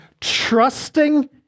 trusting